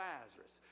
Lazarus